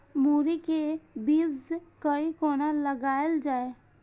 मुरे के बीज कै कोना लगायल जाय?